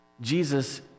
Jesus